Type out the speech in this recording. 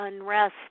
unrest